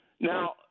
Now